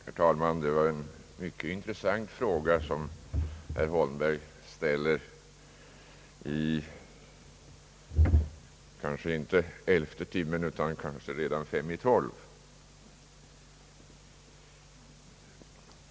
Herr talman! Det var en mycket intressant fråga herr Holmberg ställde — kanske inte i elfte timmen utan väl snarare fem minuter i tolv.